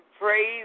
praise